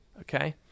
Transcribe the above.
Okay